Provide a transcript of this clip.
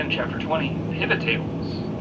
and chapter twenty. pivot tables.